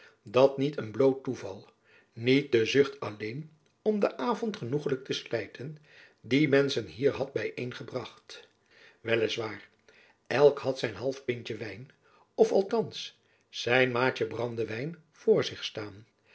dat niet een bloot toeval niet de zucht alleen om den avond genoegelijk te slijten die menschen hier had byeengebracht wel is waar elk had zijn half pintjen wijn of althands zijn maatjen brandewijn voor zich staan